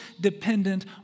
dependent